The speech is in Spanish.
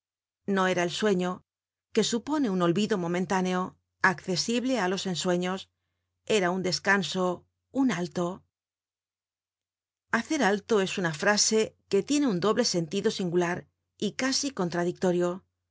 no era el sueño que supone un olvido momentáneo accesible á los ensueños era un descanso un alto content from google book search generated at hacer alto es una frase que tiene un doble sentido singular y casi contradictorio